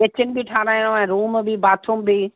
kitchen बि ठहाराइणो आहे रूम बि बाथरूम बि